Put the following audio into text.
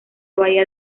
bahía